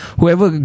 whoever